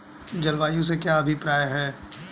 जलवायु से क्या अभिप्राय है?